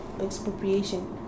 expropriation